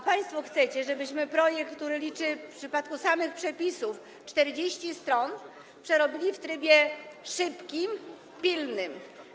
A państwo chcecie, żebyśmy projekt, który liczy w przypadku samych przepisów 40 stron, przerobili w trybie szybkim, pilnym.